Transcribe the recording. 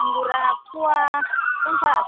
आंगुरा फुवा फन्सास